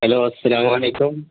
hello السلام علیکم